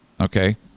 Okay